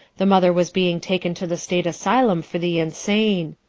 the mother was being taken to the state asylum for the insane.